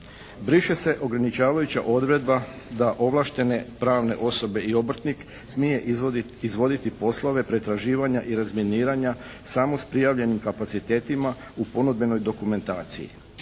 Briše se ograničavajuća odredba da ovlaštene pravne osobe i obrtnik smije izvoditi poslove pretraživanja i razminiranja samo s prijavljenim kapacitetima u ponudbenoj dokumentaciji.